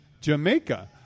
jamaica